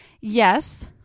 Yes